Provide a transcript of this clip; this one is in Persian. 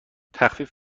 تخفیف